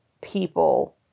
people